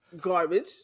garbage